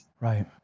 Right